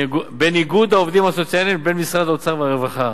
בין איגוד העובדים הסוציאליים לבין משרדי האוצר והרווחה,